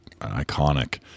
iconic